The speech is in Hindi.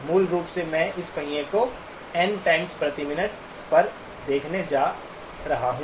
मूल रूप से मैं इस पहिया को एन टाइम प्रति मिनट पर देखने जा रहा हूं